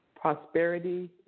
Prosperity